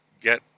get